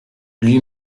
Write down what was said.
lui